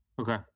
Okay